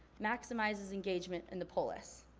maximizes engagement in the polis.